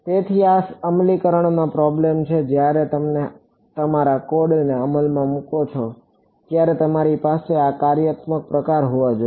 તેથી આ અમલીકરણ પ્રોબ્લેમઓ છે જ્યારે તમે તમારા કોડને અમલમાં મુકો છો ત્યારે તમારી પાસે આ કાર્યાત્મક પ્રકાર હોવો જોઈએ